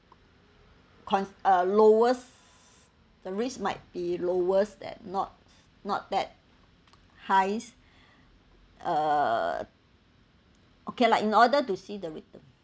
con~ uh lowest the risk might be lowest that not not that highs uh okay lah in order to see the return